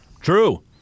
True